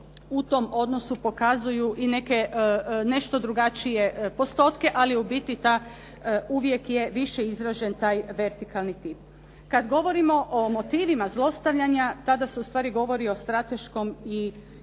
u tom odnosu pokazuju i nešto drugačije postotke, ali ubiti uvijek je više izražen taj vertikalni tip. Kad govorimo o motivima zlostavljanja, tada se ustvari govori o strateškom ili emotivnom